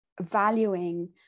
valuing